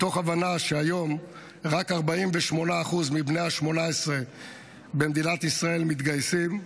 מתוך הבנה שהיום רק 48% מבני ה-18 במדינת ישראל מתגייסים,